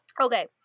okay